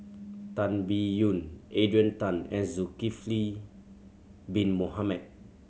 Tan Biyun Adrian Tan and Zulkifli Bin Mohamed